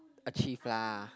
achieve lah